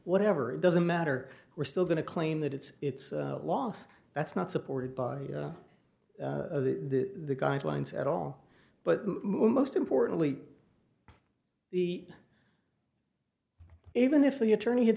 whatever it doesn't matter we're still going to claim that it's a loss that's not supported by the guidelines at all but most importantly the even if the attorney had